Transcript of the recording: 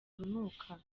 urunuka